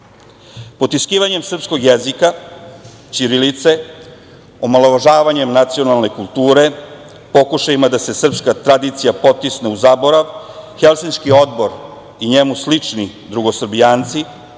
naroda. Potiskivanjem srpskog jezika, ćirilice, omalovažavanjem nacionalne kulture, pokušajima da se srpska tradicija potisne u zaborav, Helsinški odbor i njemu slični drugosrbijanci